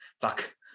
fuck